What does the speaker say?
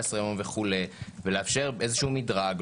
14 יום וכו', ולאפשר איזשהו מדרג.